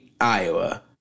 Iowa